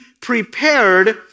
prepared